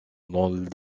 dans